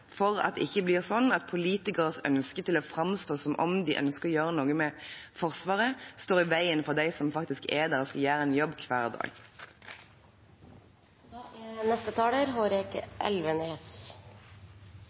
for at det blir sånn at politikeres ønske om å framstå som om de ønsker å gjøre noe med Forsvaret, står i veien for dem som faktisk er der og skal gjøre en jobb hver